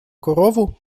корову